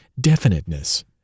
definiteness